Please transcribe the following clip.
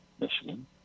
Michigan